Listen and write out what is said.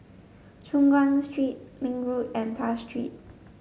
Choon Guan Street Link Road and Tuas Street